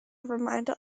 remainder